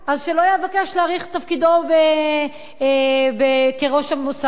אז שלא יבקש להאריך את תפקידו כראש המוסד.